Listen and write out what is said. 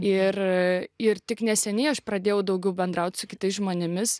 ir ir tik neseniai aš pradėjau daugiau bendrauti su kitais žmonėmis